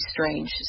strange